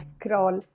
Scroll